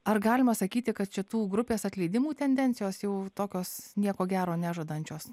ar galima sakyti kad čia tų grupės atleidimų tendencijos jau tokios nieko gero nežadančios